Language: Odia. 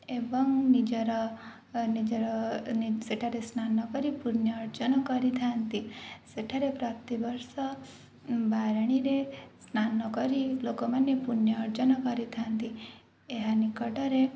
ଏବଂ ନିଜର ନିଜର ସେଠାରେ ସ୍ନାନ କରି ପୁଣ୍ୟ ଅର୍ଜନ କରିଥାନ୍ତି ସେଠାରେ ପ୍ରତିବର୍ଷ ବାରେଣୀରେ ସ୍ନାନ କରି ଲୋକମାନେ ପୁଣ୍ୟଅର୍ଜନ କରିଥାନ୍ତି ଏହା ନିକଟରେ